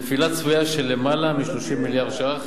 נפילה צפויה של יותר מ-30 מיליארד ש"ח,